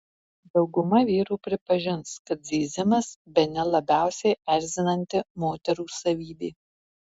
dauguma vyrų pripažins kad zyzimas bene labiausiai erzinanti moterų savybė